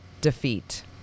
defeat